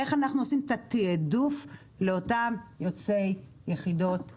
איך אנחנו עושים את התיעדוף לאותם יוצאי יחידות לוחמה.